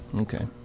Okay